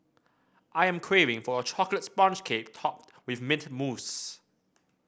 I am craving for a chocolate sponge cake topped with mint mousse